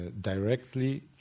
Directly